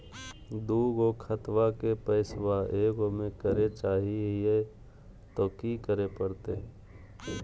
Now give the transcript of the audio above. दू गो खतवा के पैसवा ए गो मे करे चाही हय तो कि करे परते?